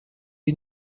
you